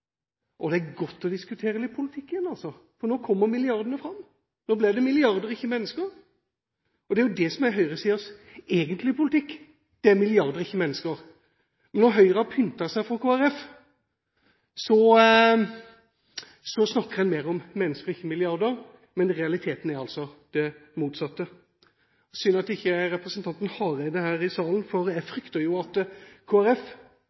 milliarder». Det er godt å diskutere litt politikk igjen, for nå kommer milliardene fram. Nå blir det milliarder, ikke mennesker, og det er jo det som er høyresidens egentlige politikk – milliarder, ikke mennesker. Når Høyre har pyntet seg for Kristelig Folkeparti, snakker en mer om mennesker og ikke om milliarder, men realiteten er altså det motsatte. Synd at ikke representanten Hareide er i salen, for jeg